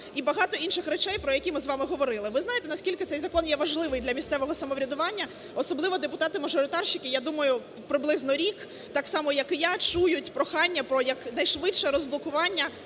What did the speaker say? і багато інших речей, про які ми з вами говорили. Ви знаєте, наскільки цей закон є важливий для місцевого самоврядування. Особливо депутати-мажоритарщики, я думаю, приблизно рік так само, як і я, чують прохання про якнайшвидше розблокування